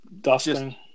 dusting